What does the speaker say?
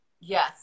Yes